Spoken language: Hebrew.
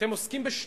אתם עוסקים בשטויות.